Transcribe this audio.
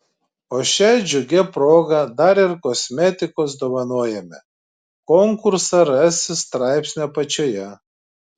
o šia džiugia proga dar ir kosmetikos dovanojame konkursą rasi straipsnio apačioje